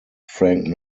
frank